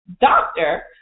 doctor